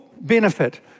benefit